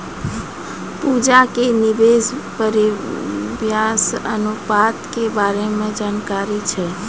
पूजा के निवेश परिव्यास अनुपात के बारे मे जानकारी छै